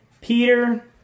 peter